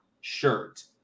shirt